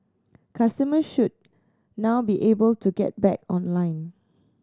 customers should now be able to get back online